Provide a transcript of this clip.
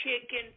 chicken